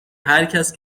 هرکس